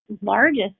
largest